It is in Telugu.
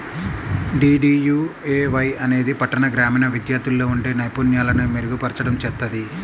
డీడీయూఏవై అనేది పట్టణ, గ్రామీణ విద్యార్థుల్లో ఉండే నైపుణ్యాలను మెరుగుపర్చడం చేత్తది